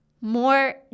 more